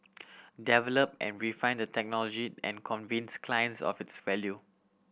develop and refine the technology and convince clients of its value